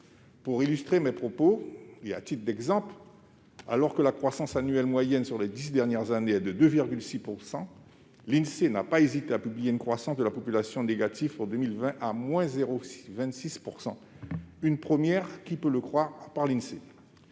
Pour illustrer mes propos, et à titre d'exemple, alors que la croissance annuelle moyenne sur les dix dernières années est de 2,6 %, l'Insee n'a pas hésité à publier une croissance de la population négative pour 2020, à-0,26 %! C'est une première. Qui peut le croire, à part l'Insee